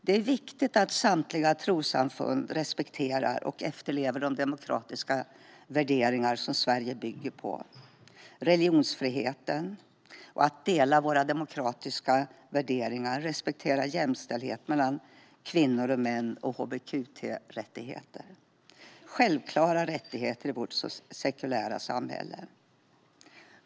Det är viktigt att samtliga trossamfund respekterar och efterlever de demokratiska värderingar som Sverige bygger på. Det handlar om religionsfriheten, om att dela våra demokratiska värderingar, om att respektera jämställdhet mellan kvinnor och män och om hbtq-rättigheter. Det är självklara rättigheter i vårt sekulära samhälle.